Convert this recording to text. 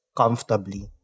comfortably